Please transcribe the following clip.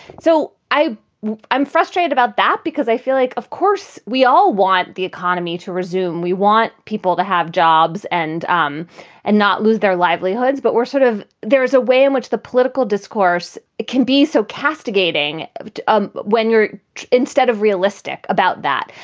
so i i'm frustrated about that because i feel like, of course, we all want the economy to resume. we want people to have jobs and um and not lose their livelihoods. but we're sort of there is a way in which the political discourse can be so castigating um when you're instead of realistic about that.